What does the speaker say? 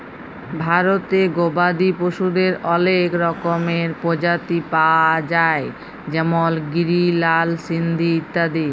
ভারতে গবাদি পশুদের অলেক রকমের প্রজাতি পায়া যায় যেমল গিরি, লাল সিন্ধি ইত্যাদি